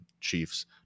Chiefs